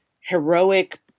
heroic